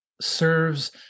serves